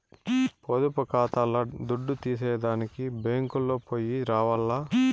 పొదుపు కాతాల్ల దుడ్డు తీసేదానికి బ్యేంకుకో పొయ్యి రావాల్ల